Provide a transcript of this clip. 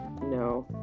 No